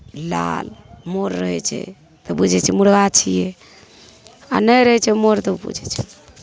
लाल मोर रहै छै तऽ बुझै छै मुर्गा छियै आ नहि रहै छै मोर तऽ बुझै छै